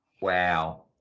Wow